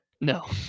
No